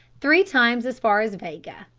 three times as far as vega,